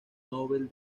nobel